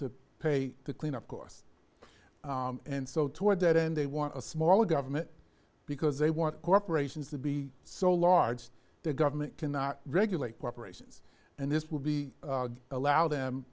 to pay to clean up course and so toward that end they want a smaller government because they want corporations to be so large the government cannot regulate corporations and this will be allow them